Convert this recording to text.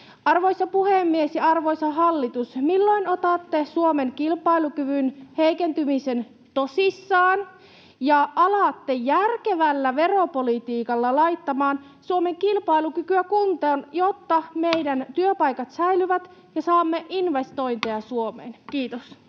Arvoisa puhemies! Arvoisa hallitus, milloin otatte Suomen kilpailukyvyn heikentymisen tosissaan ja alatte järkevällä veropolitiikalla laittamaan Suomen kilpailukykyä kuntoon, jotta meidän työpaikat säilyvät ja saamme investointeja Suomeen? — Kiitos.